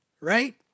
Right